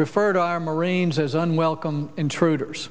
refer to our marines as unwelcome intruders